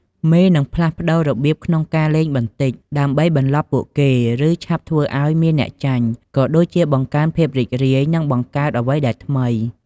មេនឹងផ្លាស់ប្តូររបៀបក្នុងការលេងបន្តិច ដើម្បីបន្លប់ពួកគេ ឬ ឆាប់ធ្វើឱ្យមានអ្នកចាញ់ ក៏ដូចជាបង្កើនភាពរីករាយ និងបង្កើតអ្វីដែលថ្មី។